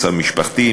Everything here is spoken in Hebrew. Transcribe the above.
מצב משפחתי,